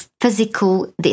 physical